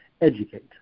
educate